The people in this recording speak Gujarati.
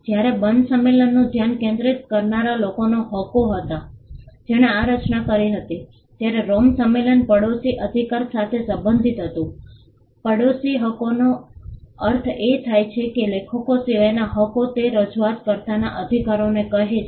જ્યારે બર્ન સંમેલનનું ધ્યાન કેન્દ્રિત કરનારા લોકોના હકો હતા જેણે આ રચના કરી હતી ત્યારે રોમ સંમેલન પડોશી અધિકાર સાથે સંબંધિત હતું પડોશી હકોનો અર્થ એ થાય છે લેખકો સિવાયના હક્કો તે રજૂઆતકર્તાના અધિકારોને કહે છે